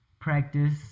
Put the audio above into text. practice